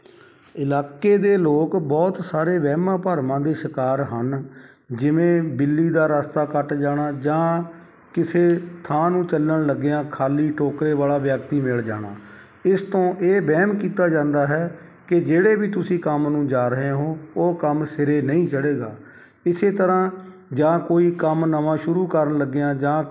ਇਲਾਕੇ ਦੇ ਲੋਕ ਬਹੁਤ ਸਾਰੇ ਵਹਿਮਾਂ ਭਰਮਾਂ ਦੇ ਸ਼ਿਕਾਰ ਹਨ ਜਿਵੇਂ ਬਿੱਲੀ ਦਾ ਰਸਤਾ ਕੱਟ ਜਾਣਾ ਜਾਂ ਕਿਸੇ ਥਾਂ ਨੂੰ ਚੱਲਣ ਲੱਗਿਆਂ ਖਾਲੀ ਟੋਕਰੇ ਵਾਲਾ ਵਿਅਕਤੀ ਮਿਲ ਜਾਣਾ ਇਸ ਤੋਂ ਇਹ ਵਹਿਮ ਕੀਤਾ ਜਾਂਦਾ ਹੈ ਕਿ ਜਿਹੜੇ ਵੀ ਤੁਸੀਂ ਕੰਮ ਨੂੰ ਜਾ ਰਹੇ ਹੋ ਉਹ ਕੰਮ ਸਿਰੇ ਨਹੀਂ ਚੜ੍ਹੇਗਾ ਇਸੇ ਤਰ੍ਹਾਂ ਜਾਂ ਕੋਈ ਕੰਮ ਨਵਾਂ ਸ਼ੁਰੂ ਕਰਨ ਲੱਗਿਆਂ ਜਾਂ